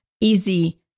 easy